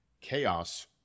chaos